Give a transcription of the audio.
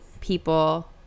people